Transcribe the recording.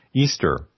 Easter